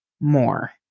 more